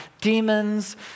demons